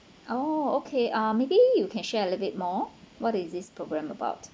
oh okay ah maybe you can share a little bit more what is this program about